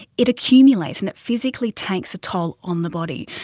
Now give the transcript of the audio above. it accumulates and it physically takes a toll on the body.